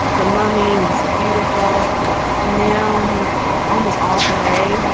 the mummy, he was beautiful. cause now he's almost all grey.